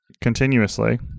continuously